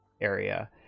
area